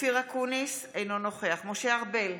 אופיר אקוניס, אינו נוכח משה ארבל,